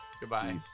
Goodbye